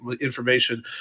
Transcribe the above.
information